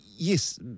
Yes